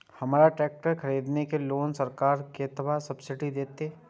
हमरा ट्रैक्टर खरदे के लेल सरकार कतेक सब्सीडी देते?